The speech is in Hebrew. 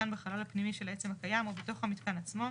בחלל הפנימי של העצם הקיים או בתוך המיתקן עצמו,